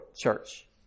church